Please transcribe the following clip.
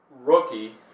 rookie